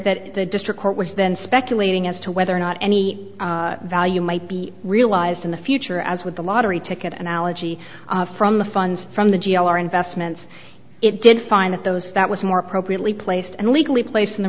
that the district court was then speculating as to whether or not any value might be realized in the future as with the lottery ticket analogy from the funds from the g l our investments it did fine with those that was more appropriately placed and legally placed in the